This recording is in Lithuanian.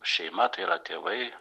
šeima tai yra tėvai